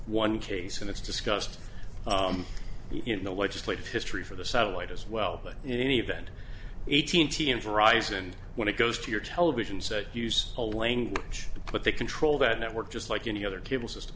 one case and it's discussed in the legislative history for the satellite as well but in any event eighteen thousand rise and when it goes to your television set use a language but they control that network just like any other cable system